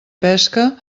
pesca